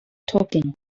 talking